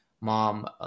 mom